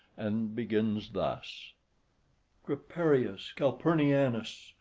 and begins thus creperius calpurnianus,